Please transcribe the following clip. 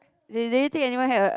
did they think anyone had a